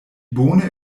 bone